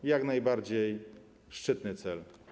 To jak najbardziej szczytny cel.